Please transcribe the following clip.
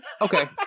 okay